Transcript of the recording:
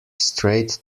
straight